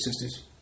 sisters